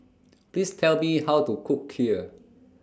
Please Tell Me How to Cook Kheer